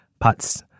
parts